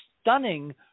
stunning